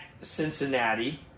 Cincinnati